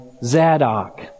Zadok